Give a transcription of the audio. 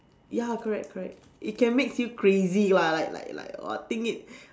ya correct correct it can makes you crazy lah like like like !wah! think it